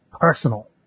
personal